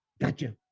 gotcha